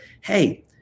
Hey